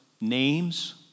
names